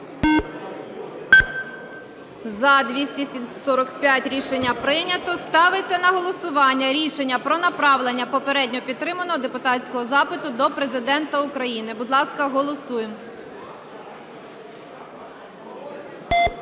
За-245 Рішення прийнято. Ставиться на голосування рішення про направлення попередньо підтриманого депутатського запиту до Президента України. Будь ласка, голосуємо.